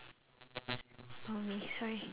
oh no sorry